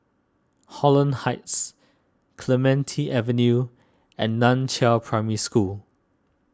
Holland Heights Clementi Avenue and Nan Chiau Primary School